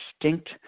distinct